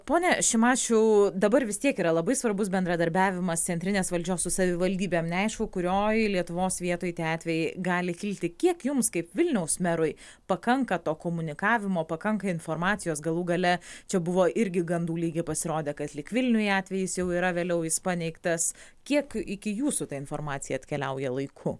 pone šimašiau dabar vis tiek yra labai svarbus bendradarbiavimas centrinės valdžios su savivaldybėm neaišku kurioj lietuvos vietoj tie atvejai gali kilti kiek jums kaip vilniaus merui pakanka to komunikavimo pakanka informacijos galų gale čia buvo irgi gandų lyg ir pasirodė kad lyg vilniuj atvejis jau yra vėliau jis paneigtas kiek iki jūsų ta informacija atkeliauja laiku